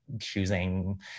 choosing